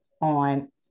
on